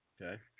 Okay